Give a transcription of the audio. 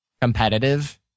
competitive